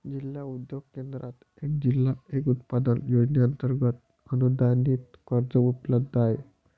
जिल्हा उद्योग केंद्रात एक जिल्हा एक उत्पादन योजनेअंतर्गत अनुदानित कर्ज उपलब्ध आहे